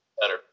better